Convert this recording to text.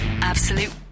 Absolute